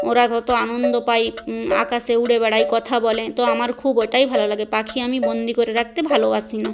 ওরা তত আনন্দ পায় আকাশে উড়ে বেড়ায় কথা বলে তো আমার খুব ওটাই ভালো লাগে পাখি আমি বন্দি করে রাখতে ভালোবাসি না